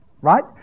right